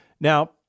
Now